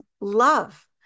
love